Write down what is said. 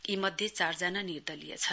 यी मध्ये चारजना निर्दलीय छन्